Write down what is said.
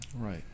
Right